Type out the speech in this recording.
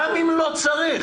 גם אם לא צריך.